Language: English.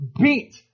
beat